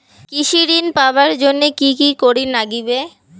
কৃষি ঋণ পাবার জন্যে কি কি করির নাগিবে?